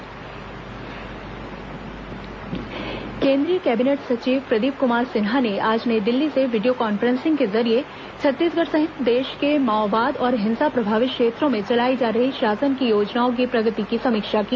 केंद्रीय सचिव समीक्षा केंद्रीय कैबिनेट सचिव प्रदीप कुमार सिन्हा ने आज नई दिल्ली से वीडियो कॉन्फ्रेंसिंग के जरिये छत्तीसगढ़ सहित देश के माओवाद और हिंसा प्रभावित क्षेत्रों में चलाई जा रही शासन की योजनाओं की प्रगति की समीक्षा की